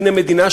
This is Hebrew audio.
תודה, אדוני.